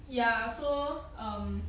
ya so um